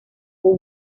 who